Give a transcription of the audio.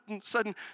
sudden